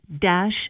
dash